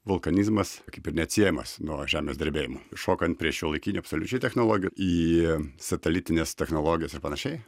vulkanizmas kaip ir neatsiejamas nuo žemės drebėjimo šokant prie šiuolaikinių absoliučiai technologijų į satelitines technologijas ir panašiai